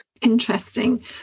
Interesting